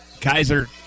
Kaiser